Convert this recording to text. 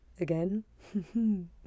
again